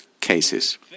cases